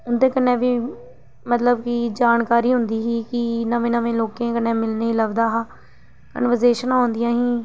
उं'दे कन्नै बी मतलब कि जानकारी होंदी ही कि नमें नमें लोकें कन्नै मिलने लभदा हा कन्वर्सेशनां होंदियां ही